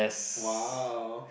wow